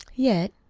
yet,